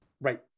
Right